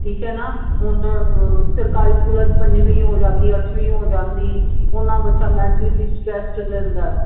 ਠੀਕ ਹੈ ਨਾ ਹੁਣ ਸਰਕਾਰੀ ਸਕੂਲਾਂ 'ਚ ਪੰਜਵੀਂ ਹੋ ਜਾਂਦੀ ਅੱਠਵੀਂ ਹੋ ਜਾਂਦੀ ਉਨਾ ਬੱਚਾ ਮੈਂਟਲੀ ਵੀ ਸਟਰੈਸ ਰਹਿੰਦਾ